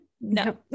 No